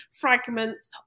fragments